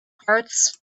parts